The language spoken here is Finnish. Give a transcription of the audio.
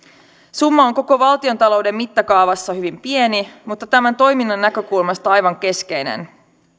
summa on koko valtiontalouden mittakaavassa hyvin pieni mutta tämän toiminnan näkökulmasta aivan keskeinen